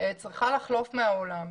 צריכה לחלוף מהעולם.